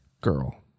girl